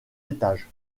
étages